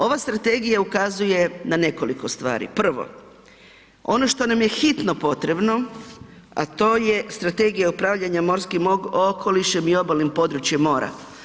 Ova strategija ukazuje na nekoliko stvari, prvo ono što nam je hitno potrebno, a to je strategija upravljanja morskim okolišem i obalnim područjem mora.